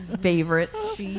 favorites